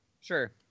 sure